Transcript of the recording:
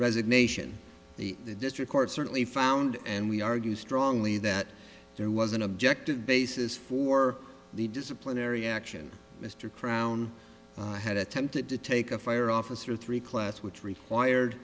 resignation the district court certainly found and we argued strongly that there was an objective basis for the disciplinary action mr prout had attempted to take a fire officer three class which required